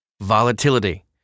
Volatility